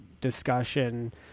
discussion